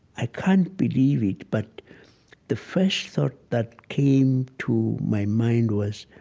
i can't believe it but the first thought that came to my mind was,